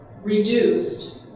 reduced